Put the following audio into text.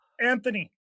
Anthony